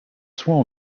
soins